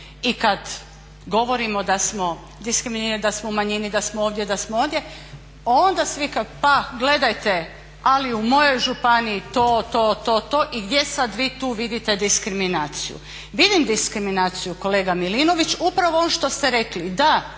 i kad govorimo da smo diskriminirane, da smo u manjini, da smo ovdje, da smo ondje onda svi pa gledajte ali u mojoj županiji to, to, to i to i gdje sad vi tu vidite diskriminaciju? Vidim diskriminaciju kolega Milinović upravo u onom što ste rekli, da,